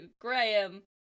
graham